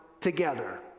together